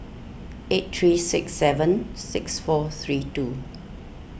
eight three six seven six four three two